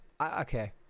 Okay